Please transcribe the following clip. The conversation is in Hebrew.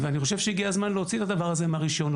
אני חושב שהגיע הדבר להוציא את הדבר הזה מהרישיונות,